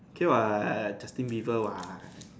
okay what Justin-Bieber what